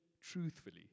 truthfully